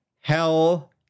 Hell